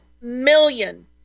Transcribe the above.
million